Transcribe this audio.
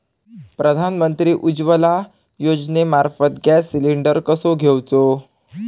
प्रधानमंत्री उज्वला योजनेमार्फत gas cylinder कसो घेऊचो?